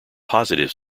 positive